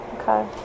Okay